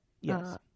Yes